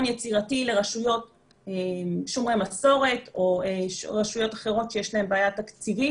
יצירתי לרשויות שומרי מסורת או רשויות אחרות שיש להם בעיה תקציבית,